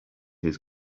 his